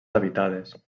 habitades